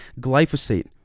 glyphosate